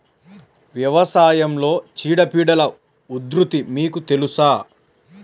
వ్యవసాయంలో చీడపీడల ఉధృతి మీకు తెలుసా?